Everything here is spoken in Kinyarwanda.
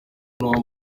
n’uwo